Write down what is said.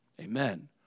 Amen